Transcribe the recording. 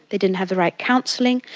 they didn't have the right counselling,